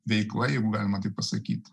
veikla jeigu galima taip pasakyt